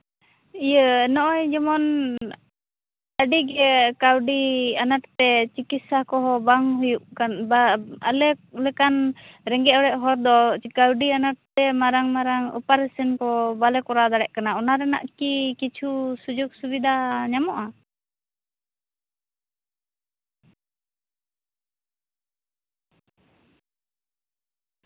ᱤᱭᱟᱹ ᱱᱚᱜᱼᱚᱭ ᱡᱮᱢᱚᱱ ᱟᱹᱰᱤ ᱜᱮ ᱠᱟᱹᱣᱰᱤ ᱟᱱᱟᱴ ᱛᱮ ᱪᱤᱠᱤᱪᱪᱷᱟ ᱠᱚᱦᱚᱸ ᱵᱟᱝ ᱦᱩᱭᱩᱜ ᱠᱟᱱᱟ ᱵᱟᱝ ᱟᱞᱮ ᱞᱮᱠᱟᱱ ᱨᱮᱸᱜᱮᱡᱼᱚᱨᱮᱡ ᱦᱚᱲ ᱫᱚ ᱠᱟᱹᱣᱰᱤ ᱟᱱᱟᱴ ᱛᱮ ᱢᱟᱨᱟᱝᱼᱢᱟᱨᱟᱝ ᱚᱯᱟᱨᱮᱥᱚᱱ ᱠᱚ ᱵᱟᱞᱮ ᱠᱚᱨᱟᱣ ᱫᱟᱲᱮᱭᱟᱜ ᱠᱟᱱᱟ ᱚᱱᱟ ᱨᱮᱱᱟᱜ ᱠᱤ ᱠᱤᱪᱷᱩ ᱥᱩᱡᱳᱜᱽᱼᱥᱩᱵᱤᱫᱟ ᱧᱟᱢᱚᱜᱼᱟ